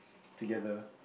together